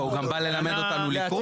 לא, הוא גם בא ללמד אותנו לקרוא.